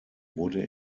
wurde